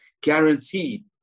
guaranteed